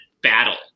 battle